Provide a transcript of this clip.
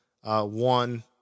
one